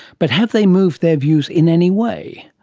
but have they moved their views in any way?